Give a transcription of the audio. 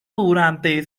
durante